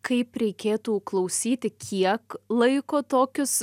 kaip reikėtų klausyti kiek laiko tokius